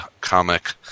comic